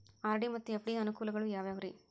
RD ಮತ್ತು FD ಯ ಅನುಕೂಲಗಳು ಯಾವ್ಯಾವುರಿ?